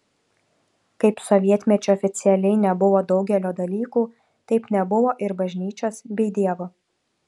kaip sovietmečiu oficialiai nebuvo daugelio dalykų taip nebuvo ir bažnyčios bei dievo